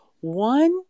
One